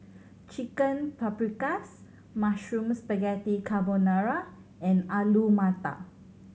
Chicken Paprikas Mushroom Spaghetti Carbonara and Alu Matar